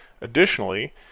Additionally